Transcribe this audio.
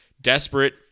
desperate –